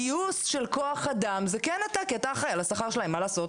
גיוס של כוח אדם זה כן אתה כי אתה אחראי על השכר שלהם מה לעשות.